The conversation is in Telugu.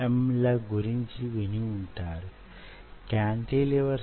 అందువలన మీరిప్పుడు నన్ను మన చర్చలో కొద్దిగా వెనక్కి తిరిగి చూడనివ్వండి